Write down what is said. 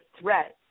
threat